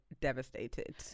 devastated